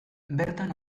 bertan